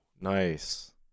nice